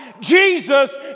Jesus